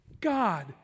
God